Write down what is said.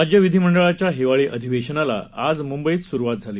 राज्यविधिमडळाच्याहिवाळीअधिवेशनालाआजमुंबईतसुरूवातझाली